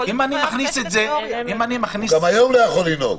אם אני מכניס את זה -- גם היום הוא לא יכול לנהוג.